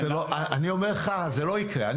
אני אומר לך, זה לא יקרה.